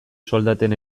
soldaten